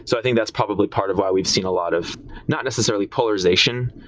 so i think that's probably part of why we've seen a lot of not necessarily polarization,